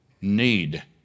need